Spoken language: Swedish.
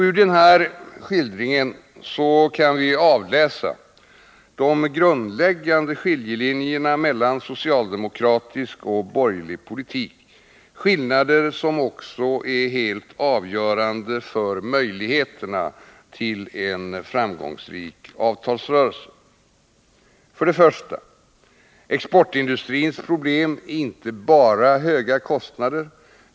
Ur den här skildringen kan vi avläsa de grundläggande skiljelinjerna mellan socialdemokratisk och borgerlig politik — skillnader som också är helt avgörande för möjligheterna till en framgångsrik avtalsrörelse. För det första: Exportindustrins problem är inte bara höga kostnader.